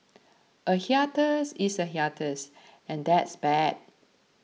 a hiatus is a hiatus and that's bad